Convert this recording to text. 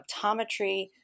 optometry